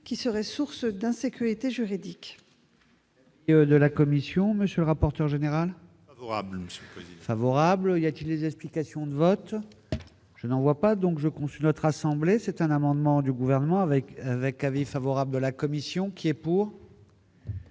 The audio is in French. qui serait source d'insécurité juridique.